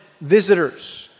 visitors